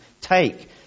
take